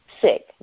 sick